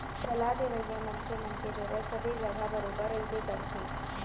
सलाह देवइया मनसे मन के जरुरत सबे जघा बरोबर रहिबे करथे